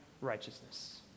righteousness